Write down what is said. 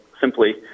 simply